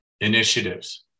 initiatives